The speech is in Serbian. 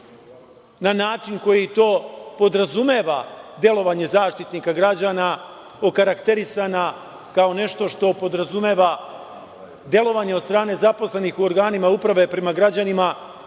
na način koji to podrazumeva delovanje Zaštitnika građana okarakterisana kao nešto što podrazumeva delovanje od strane zaposlenih u organima uprave prema građanima